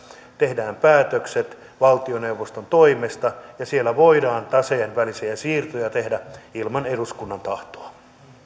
tehdään päätökset valtioneuvoston toimesta ja siellä voidaan taseen välisiä siirtoja tehdä ilman eduskunnan tahtoa